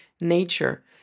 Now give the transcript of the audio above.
nature